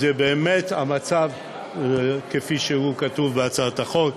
זה באמת המצב כפי שהוא כתוב בהצעת החוק.